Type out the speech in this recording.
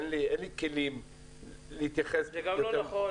אין לי כלים להתייחס -- זה גם לא נכון,